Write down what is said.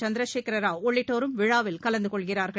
சந்திரசேகரராவ் உள்ளிட்டோரும் விழாவில் கலந்து கொள்கிறார்கள்